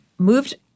moved